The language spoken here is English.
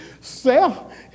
Self